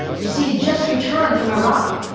you see, he'd just returned from iraq.